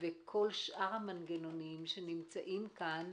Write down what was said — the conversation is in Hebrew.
וכל שאר המנגנונים שנמצאים כאן,